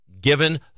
given